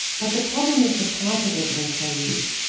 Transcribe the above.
but the problem is the type of evidence they use.